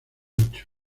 ancho